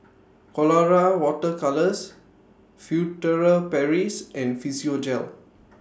Colora Water Colours Furtere Paris and Physiogel